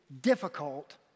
difficult